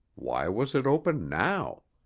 why was it open now?